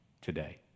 today